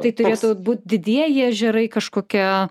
tai turėtų būt didieji ežerai kažkokia